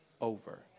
over